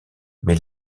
mais